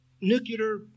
nuclear